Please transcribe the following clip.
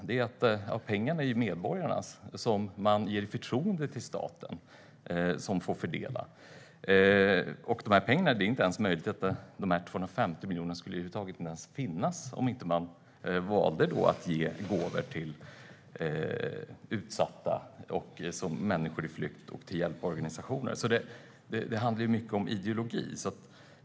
Det är att pengarna är medborgarnas och att medborgarna ger staten förtroendet att fördela dem. Det är möjligt att de 250 miljonerna inte ens skulle finnas om man inte valde att ge gåvor till utsatta, till människor på flykt och till hjälporganisationer. Det handlar mycket om ideologi.